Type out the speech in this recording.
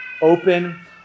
open